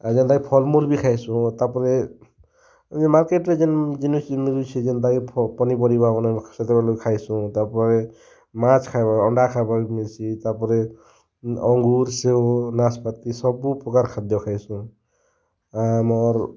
ଆଉ ଯେନ୍ତା କି ଫଲ୍ମୂଲ୍ ବି ଖାଇସୁଁ ତାପରେ ମାର୍କେଟ୍ରେ ଯେନ୍ ଜିନିଷ୍ ମିଳୁଛି ଯେନ୍ତା କି ପନିପରିବା ମାନେ ସେଇଟାମାନେ ଖାଇସୁଁ ତାପରେ ମାଛ୍ ଖାଇବ ଅଣ୍ଡା ଖାଇବ ବେଶୀ ତାପରେ ଅଙ୍ଗୁର୍ ସେଓ ନାସ୍ପାତି ସବୁ ପ୍ରକାର୍ ଖାଦ୍ୟ ଖାଇସୁଁ ଆମର୍